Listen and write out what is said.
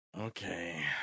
Okay